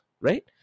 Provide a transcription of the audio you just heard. Right